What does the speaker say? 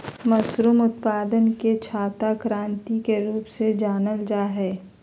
mushroom उत्पादन के छाता क्रान्ति के रूप में जानल जाय हइ